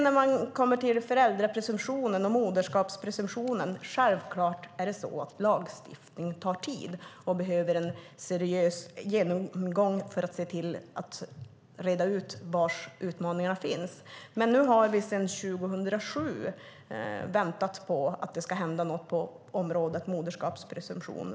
När det gäller föräldrapresumtionen och moderskapspresumtionen är det självklart så att lagstiftning tar tid och behöver en seriös genomgång för att reda ut var utmaningarna finns. Men nu har vi sedan 2007 väntat på att det ska hända något på området moderskapspresumtion.